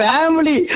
Family